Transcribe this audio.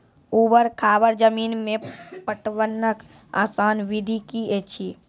ऊवर खाबड़ जमीन मे पटवनक आसान विधि की ऐछि?